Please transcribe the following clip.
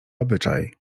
obyczaj